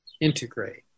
integrate